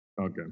Okay